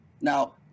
Now